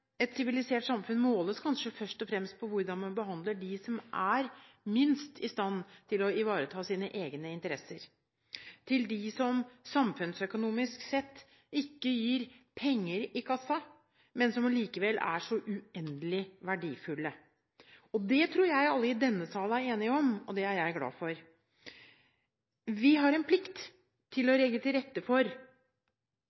et sivilisert samfunn måles kanskje først og fremst på hvordan man behandler dem som er minst i stand til å ivareta sine egne interesser – de som samfunnsøkonomisk sett ikke gir penger i kassa, men som likevel er så uendelig verdifulle. Det tror jeg alle i denne sal er enige om, og det er jeg glad for. Vi har en plikt til å